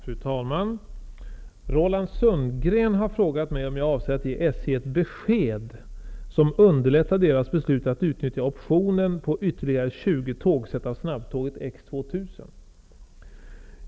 Fru talman! Roland Sundgren har frågat mig om jag avser att ge SJ ett besked som underlättar dess beslut att utnyttja optionen på ytterligare 20 tågset av snabbtåget X 2000.